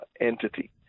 entity